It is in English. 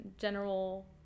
general